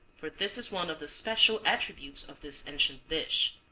for this is one of the special attributes of this ancient dish.